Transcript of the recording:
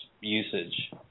usage